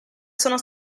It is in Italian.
sono